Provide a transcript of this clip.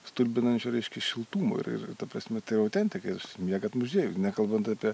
stulbinančio reiškia šiltumo ir ir ta prasme tai yra autentika jūs miegat muziejuj nekalbant apie